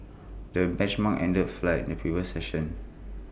the benchmark ended flat in the previous session